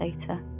data